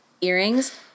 earrings